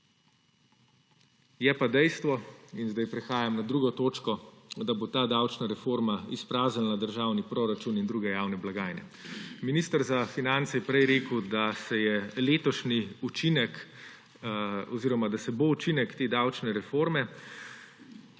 Je pa dejstvo in sedaj prehajam na drugo točko, da bo ta davčna reforma izpraznila državni proračun in druge javne blagajne. Minister za finance je prej rekel, da se je letošnji učinek oziroma da se bo učinek te davčne reforme